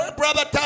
brother